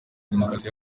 demokarasi